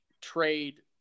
trade